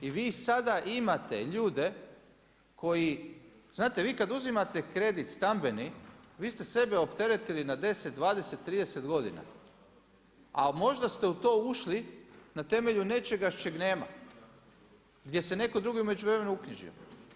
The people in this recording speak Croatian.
I vi sada imate ljude koji, znate vi kada uzimate kredit, stambeni, vi ste sebe opteretili na 10, 20, 30 godina, a možda ste u to ušli na temelju nečega čega nema, gdje se netko drugi u međuvremenu uknjižio.